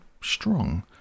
strong